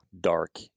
dark